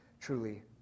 truly